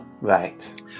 right